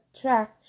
track